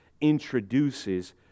introduces